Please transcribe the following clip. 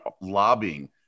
lobbying